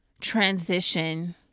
transition